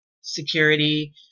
security